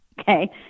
okay